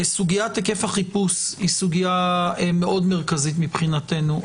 סוגיית היקף החיפוש היא סוגיה מאוד מרכזית מבחינתנו.